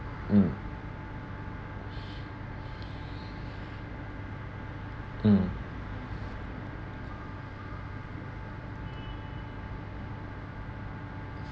mm mm